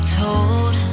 told